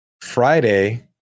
Friday